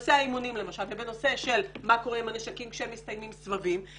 בנושא האימונים ובנושא של מה קורה עם הנשקים כשמסתיימים סבבים,